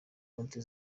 konti